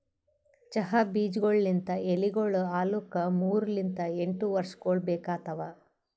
ಚಹಾ ಬೀಜಗೊಳ್ ಲಿಂತ್ ಎಲಿಗೊಳ್ ಆಲುಕ್ ಮೂರು ಲಿಂತ್ ಎಂಟು ವರ್ಷಗೊಳ್ ಬೇಕಾತವ್